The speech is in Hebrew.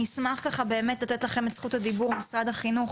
אני אשמח ככה באמת לתת לכם את זכות הדיבור משרד החינוך,